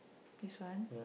this one